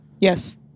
yes